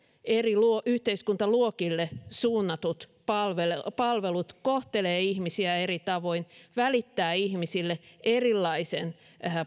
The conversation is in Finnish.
eri yhteiskuntaluokille suunnatut palvelut palvelut kohtelevat ihmisiä eri tavoin välittävät ihmisille erilaisen